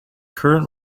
current